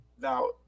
Now